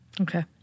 Okay